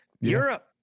europe